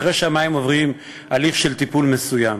אחרי שהמים עוברים הליך של טיפול מסוים.